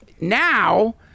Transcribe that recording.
Now